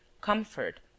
comfort